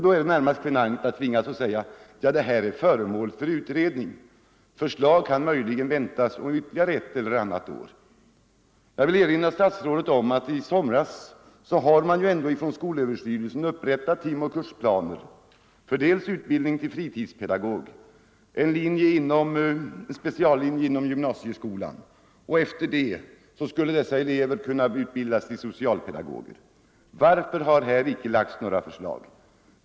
Då är det närmast genant att säga: Det är föremål för utredning, och förslag kan möjligen väntas om ytterligare ett eller annat år. Jag vill erinra statsrådet om att skolöverstyrelsen i somras har upprättat timoch kursplaner för utbildning till fritidspedagog, en speciallinje inom gymnasieskolan. Efter det skulle dessa elever kunna utbildas till socialpedagoger. Varför har här icke lagts några förslag?